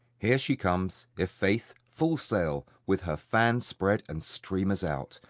here she comes, i'faith, full sail, with her fan spread and streamers out,